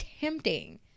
tempting